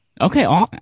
Okay